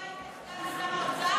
לא היית סגן שר אוצר,